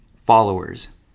Followers